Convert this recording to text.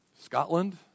Scotland